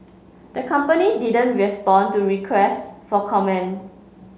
the company didn't respond to requests for comment